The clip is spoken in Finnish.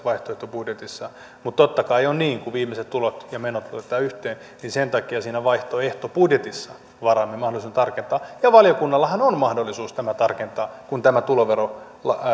vaihtoehtobudjetissa mutta totta kai on niin että kun viimeiset tulot ja menot otetaan yhteen sen takia siinä vaihtoehtobudjetissa varaamme mahdollisuuden tarkentaa ja valiokunnallahan on mahdollisuus tämä tarkentaa kun tämä tuloveroesitys